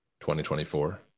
2024